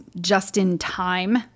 just-in-time